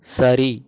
சரி